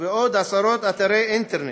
ועוד עשרות אתרי אינטרנט,